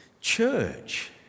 church